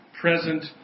present